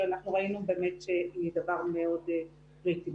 שראינו באמת שהיא דבר מאוד קריטי.